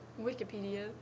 Wikipedia